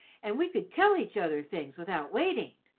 and we could tell each other things without waiting.